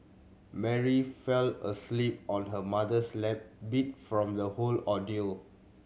Mary fell asleep on her mother's lap beat from the whole ordeal